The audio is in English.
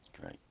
Great